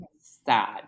sad